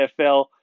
NFL